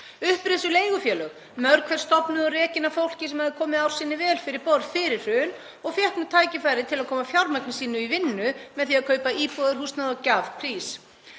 Upp risu leigufélög, mörg hver stofnuð og rekin af fólki sem hafði komið ár sinni vel fyrir borð fyrir hrun og fékk nú tækifæri til að koma fjármagni sínu í vinnu með því að kaupa íbúðarhúsnæði á gjafprís.